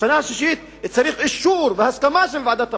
בשנה השישית צריך אישור והסכמה של ועדת הפנים.